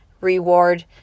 reward